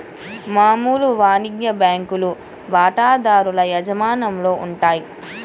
మామూలు వాణిజ్య బ్యాంకులు వాటాదారుల యాజమాన్యంలో ఉంటాయి